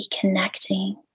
connecting